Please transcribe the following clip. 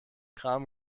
kram